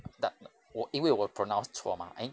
da~ 我因为我 pronounced 错 mah a~